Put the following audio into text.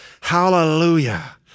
Hallelujah